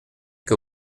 que